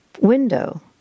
window